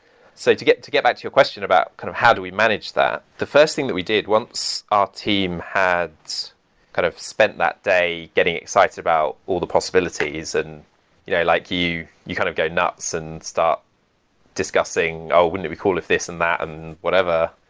so to get to get back to your question about kind of how do we manage that, the first thing that we did once our team had kind of spent that day getting excited about all the possibilities and you know like you you kind of go nuts and start discussing, oh, wouldn't it be cool if this and that, and whatever,